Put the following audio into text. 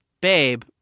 Babe